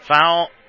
Foul